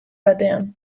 batean